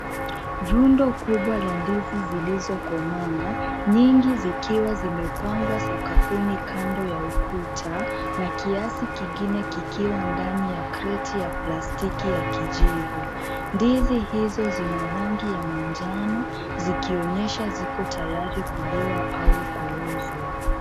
Rundo kubwa la ndizi zilizokomaa, nyingi zikiwa zimepangwa sakafuni kando ya ukuta na kiasi kingine kikiwa ndani ya kreti ya plastiki ya kijivu. Ndizi hizo zina rangi ya manjano zikionyesha ziko tayari kuliwa au kuuzwa.